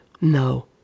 No